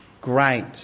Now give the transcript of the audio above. great